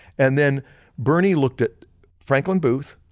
and then bernie looked at franklin booth,